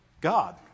God